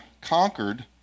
conquered